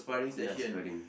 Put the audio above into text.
yes spider ring